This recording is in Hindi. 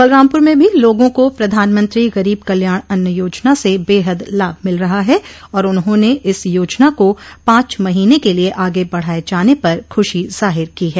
बलरामपुर में भी लोगों को प्रधानमंत्री गरीब कल्याण अन्न योजना से बेहद लाभ मिल रहा है और उन्होंने इस योजना को पांच महीने के लिये आगे बढ़ाये जाने पर खूशी जाहिर की है